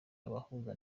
abahuza